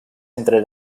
entre